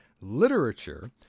literature